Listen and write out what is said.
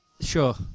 Sure